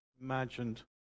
imagined